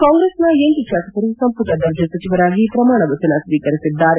ಕಾಂಗ್ರೆಸ್ನ ಎಂಟು ಶಾಸಕರು ಸಂಮಟ ದರ್ಜೆ ಸಚಿವರಾಗಿ ಪ್ರಮಾಣ ವಚನ ಸ್ವೀಕರಿಸಿದ್ದಾರೆ